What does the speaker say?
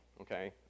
Okay